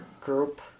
group